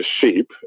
sheep